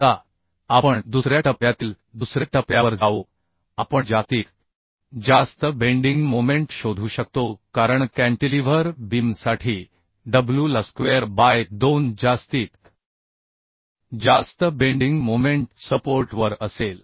आता आपण दुसऱ्या टप्प्यातील दुसऱ्या टप्प्यावर जाऊ आपण जास्तीत जास्त बेंडिंग मोमेंट शोधू शकतो कारण कॅन्टिलीव्हर बीमसाठी WLस्क्वेअर बाय 2 जास्तीत जास्त बेंडिंग मोमेंट सपोर्ट वर असेल